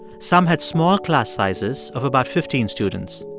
some had small class sizes of about fifteen students.